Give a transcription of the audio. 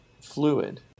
fluid